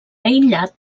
aïllat